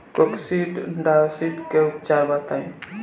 Coccidiosis के उपचार बताई?